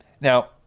Now